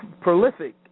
prolific